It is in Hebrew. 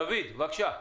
רביק, בבקשה.